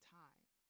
time